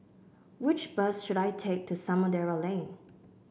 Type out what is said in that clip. which bus should I take to Samudera Lane